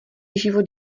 život